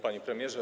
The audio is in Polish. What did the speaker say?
Panie Premierze!